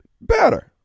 Better